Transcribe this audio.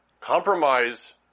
Compromise